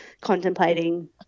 contemplating